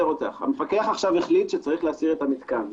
המפקח עכשיו החליט שצריך להסיר את המתקן.